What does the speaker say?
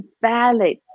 valid